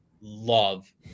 love